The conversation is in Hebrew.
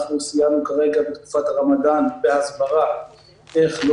סייענו בתקופת הרמדאן בהסברה איך לא